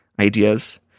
ideas